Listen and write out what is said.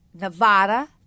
Nevada